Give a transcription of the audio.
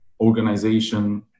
organization